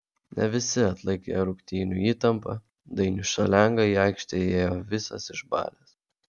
ne visi atlaikė rungtynių įtampą dainius šalenga į aikštę įėjo visas išbalęs